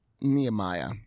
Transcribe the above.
Nehemiah